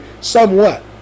somewhat